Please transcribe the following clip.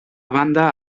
banda